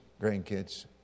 grandkids